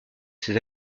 ses